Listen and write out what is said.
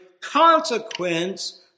consequence